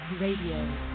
Radio